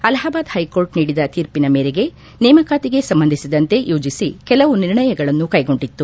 Allahabad high court ನೀಡಿದ ತೀರ್ಪಿನ ಮೇರೆಗೆ ನೇಮಕಾತಿಗೆ ಸಂಬಂಧಿಸಿದಂತೆ ಯುಜಿಸಿ ಕೆಲವು ನಿರ್ಣಯಗಳನ್ನು ಕೈಗೊಂಡಿತ್ತು